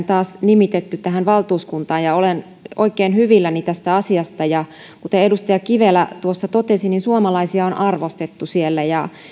taas nimitetty tähän valtuuskuntaan ja olen oikein hyvilläni tästä asiasta kuten edustaja kivelä tuossa totesi niin suomalaisia on arvostettu siellä